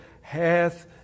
Hath